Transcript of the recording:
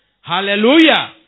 Hallelujah